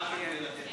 אדוני השר,